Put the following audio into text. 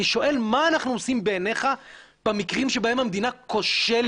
אני שואל מה אנחנו עושים בעינייך במקרים שבהם המדינה כושלת,